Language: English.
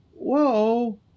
whoa